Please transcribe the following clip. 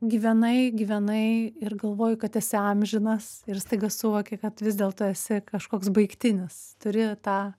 gyvenai gyvenai ir galvoji kad esi amžinas ir staiga suvoki kad vis dėlto esi kažkoks baigtinis turi tą